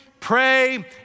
pray